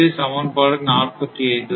இது சமன்பாடு 45